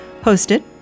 hosted